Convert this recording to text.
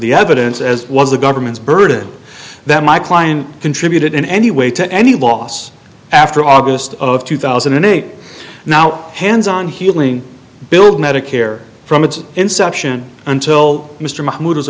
the evidence as it was the government's burden that my client contributed in any way to any loss after august of two thousand and eight now hands on healing build medicare from its inception until mr mahmood